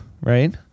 right